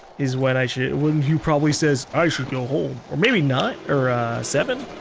is when i should, when he probably says, i should go home. or maybe not, or ah seven.